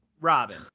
Robin